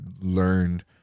learned